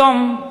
היום,